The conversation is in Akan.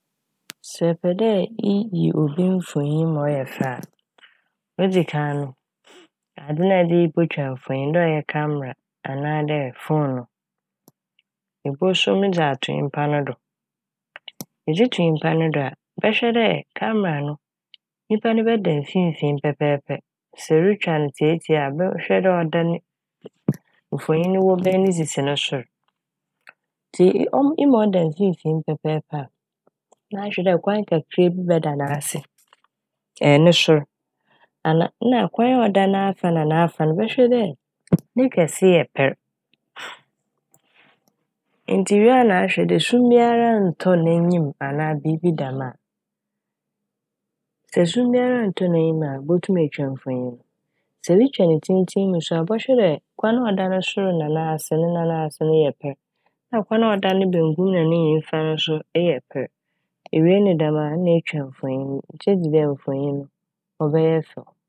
Sɛ ɛpɛ dɛ iyi obi mfonyin ma ɔyɛ fɛ a, odzi kan no Adze no a ɛdze botwa mfonyin no dɛ ɔyɛ "camera" anaa dɛ fone no ebosuo m' dze ato nyimpa no do. Edze to nyimpa no do a bɛhwɛ dɛ "camera" no nyimpa no bɛda mfinfin pɛpɛɛpɛ, sɛ eretwa no tsiatsia a bɔ- bɛhwɛ dɛ ɔda ne, mfonyin no wɔ bɛyɛ ne sisi no sor. Ntsi ɔ- ema ɔda mfinfin pɛpɛɛpɛ a na ahwɛ dɛ kwan kakra bi bɛda n'ase, - ne sor ana - nna kwan a ɔda n'afa na n'afa n' bɛhwɛ dɛ ne kɛse yɛ pɛr ntsi iwie na ahwɛ dɛ sum biara anntɔ n'enyim anaa biibi dɛm a. Sɛ sum biara a nntɔ n'enyim a botum etwa mfonyin no. Sɛ eretwa ne tsentsen mu so a ɛbɔhwɛ dɛ kwan a ɔda no sor na n'ase no, ne nan ase no yɛ pɛr na kwan a ɔda ne bankum ne nyimfa no so eyɛ pɛr. Iwie ne dɛm a na etwa mfonyin no, megye dzi dɛ mfonyin no ɔbɛyɛ fɛw.